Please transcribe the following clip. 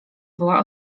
była